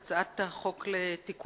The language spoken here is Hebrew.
אנחנו ממשיכים בסדר-היום: הצעת חוק לתיקון